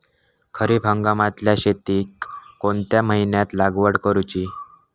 खरीप हंगामातल्या शेतीक कोणत्या महिन्यात लागवड करूची?